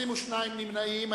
22 נמנעים.